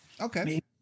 okay